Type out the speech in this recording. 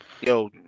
Yo